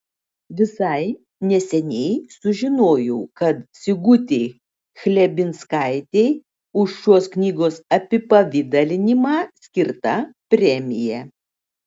visai neseniai sužinojau kad sigutei chlebinskaitei už šios knygos apipavidalinimą skirta premija